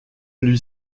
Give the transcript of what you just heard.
lui